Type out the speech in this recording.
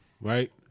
right